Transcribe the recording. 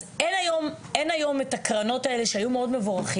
אז אין היום את הקרנות האלה שהיו מאוד מבורכות,